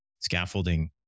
Scaffolding